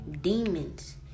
demons